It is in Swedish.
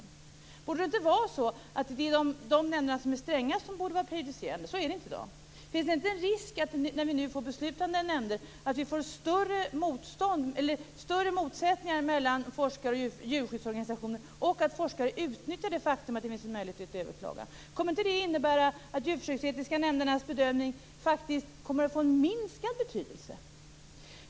Borde inte de nämnder som är stränga vara prejudicerande? Så är det inte i dag. Finns det inte en risk, när vi nu får beslutande nämnder, att det blir större motsättningar mellan forskare och djurskyddsorganisationer och att forskare utnyttjar det faktum att det finns möjlighet att överklaga besluten? Kommer inte det att innebära att de djurförsöksetiska nämndernas bedömning faktiskt får minskad betydelse?